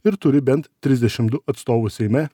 ir turi bent trisdešim du atstovus seime